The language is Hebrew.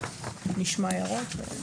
ונשמע הערות.